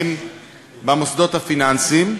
הבכירים במוסדות הפיננסיים,